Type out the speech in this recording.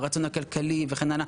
הרצון הכלכלי וכן האלה.